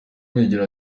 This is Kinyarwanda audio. yegera